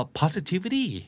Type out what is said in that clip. positivity